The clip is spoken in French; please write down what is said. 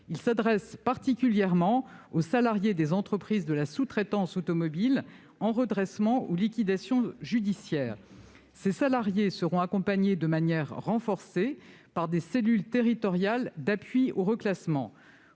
Il s'adresse particulièrement aux salariés des entreprises de la sous-traitance automobile en situation de redressement ou de liquidation judiciaire. Ces salariés seront accompagnés de manière renforcée par des cellules territoriales d'appui au reclassement.